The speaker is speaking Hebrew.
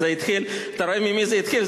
אתה רואה ממי זה התחיל?